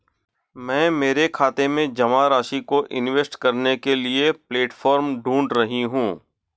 मैं मेरे खाते में जमा राशि को इन्वेस्ट करने के लिए प्लेटफॉर्म ढूंढ रही हूँ